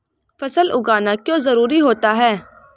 फसल उगाना क्यों जरूरी होता है?